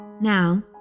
Now